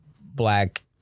black